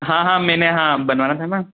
हाँ हाँ मैंने हाँ बनवाना था ना